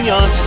on